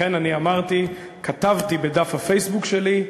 כן, אכן אני אמרתי, כתבתי בדף הפייסבוק שלי,